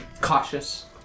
cautious